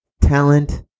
talent